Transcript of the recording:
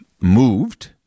moved